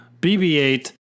BB-8